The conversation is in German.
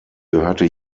gehörte